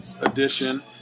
edition